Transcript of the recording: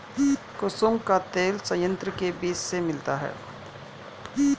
कुसुम का तेल संयंत्र के बीज से मिलता है